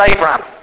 Abraham